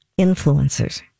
influencers